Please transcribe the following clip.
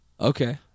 Okay